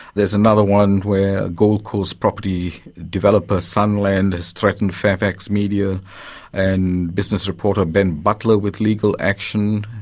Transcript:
there's another one where a gold coast property developer, sunland, has threatened fairfax media and business reporter ben butler with legal action.